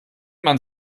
man